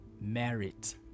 merit